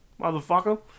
Motherfucker